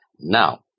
now